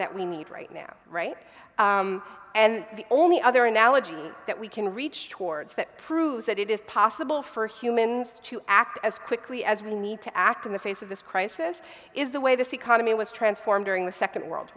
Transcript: that we need right now right and the only other analogy that we can reach towards that proves that it is possible for humans to act as quickly as we need to act in the face of this crisis is the way this economy was transformed during the second world